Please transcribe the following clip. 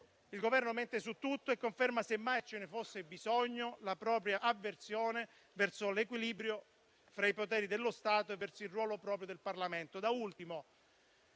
Il Governo mente su tutto e conferma, se mai ce ne fosse bisogno, la propria avversione verso l'equilibrio tra i poteri dello Stato e verso il ruolo proprio del Parlamento.